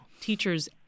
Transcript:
Teachers